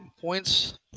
points